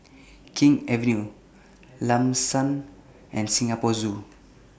King's Avenue Lam San and Singapore Zoo